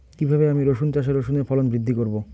কীভাবে আমি রসুন চাষে রসুনের ফলন বৃদ্ধি করব?